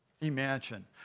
imagine